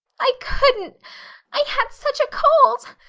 i couldn't i had such a cold!